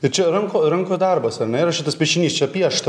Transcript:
ir čia rankų rankų darbas ar ne yra šitas piešinys čia piešta